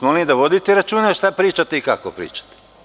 Molim vas, vodite računa šta pričate i kako pričate.